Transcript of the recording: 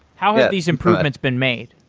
how have these improvements been made?